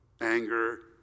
anger